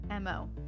MO